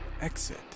exit